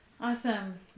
Awesome